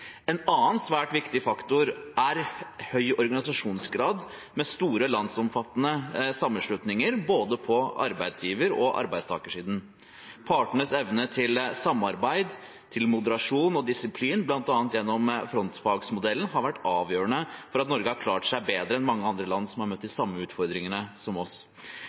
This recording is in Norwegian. En annen svært viktig faktor er høy organisasjonsgrad med store landsomfattende sammenslutninger både på arbeidsgiver- og arbeidstakersiden. Partenes evne til samarbeid, til moderasjon og disiplin bl.a. gjennom frontfagsmodellen har vært avgjørende for at Norge har klart seg bedre enn mange andre land som har møtt de samme utfordringene som oss.